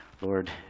Lord